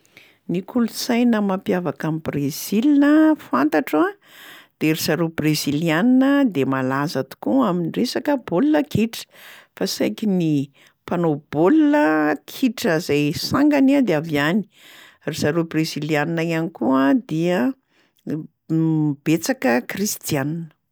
Ny kolontsaina mampiavaka an'i Brezila fantatro a de ry zareo breziliana de malaza tokoa am'resaka baolina kitra, fa saiky ny mpanao baolina kitra zay sangany a de avy any. Ry zareo breziliana ihany koa dia betsaka kristiana.